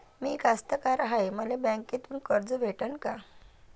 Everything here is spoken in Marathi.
मी कास्तकार हाय, मले बँकेतून कर्ज भेटन का?